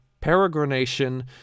Peregrination